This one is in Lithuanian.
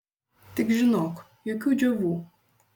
tik žinok jokių džiovų